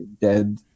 dead